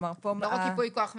כלומר: לא רק ייפוי כוח מתמשך.